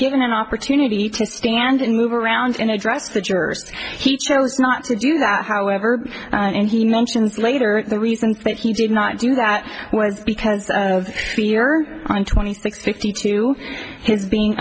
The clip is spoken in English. given an opportunity to stand and move around and address the jurors he chose not to do that however and he mentions later the reason that he did not do that was because of fear on twenty six fifty two his being